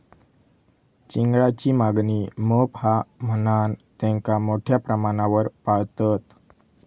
चिंगळांची मागणी मोप हा म्हणान तेंका मोठ्या प्रमाणावर पाळतत